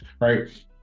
right